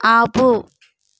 ఆపు